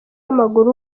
w’amaguru